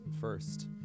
first